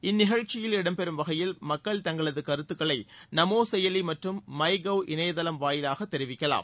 இந்நிகழ்ச்சியில் இடம் பெறும் வகையில் மக்கள் தங்களதுகருத்துக்களைநமோசெயலிமற்றும் மைகௌ இணையதளம் வாயிலாகதெரிவிக்கலாம்